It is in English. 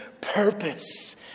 purpose